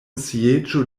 sieĝo